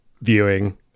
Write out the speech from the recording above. viewing